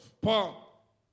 Paul